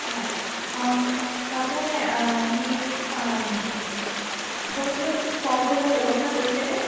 হয় তাতে সেই আপোনালোকেও খোৱা বোৱাৰ কিবা ব্যৱস্থা কৰিছে নে